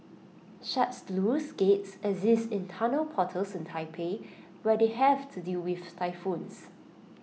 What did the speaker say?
such sluice gates exist in tunnel portals in Taipei where they have to deal with typhoons